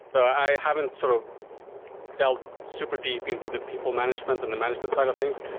but i haven't sort of delved super deep into the people management and the management side of things.